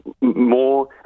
more